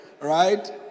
right